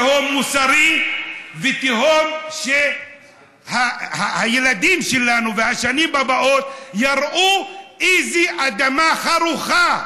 תהום מוסרי ותהום שהילדים שלנו והשנים הבאות יראו איזו אדמה חרוכה,